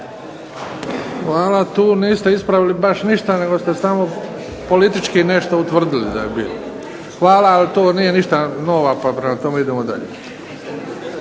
Hvala. Tu niste ispravili baš ništa, nego ste samo politički nešto utvrdili da je bilo. Hvala, ali to nije ništa nova, pa prema tome idemo dalje.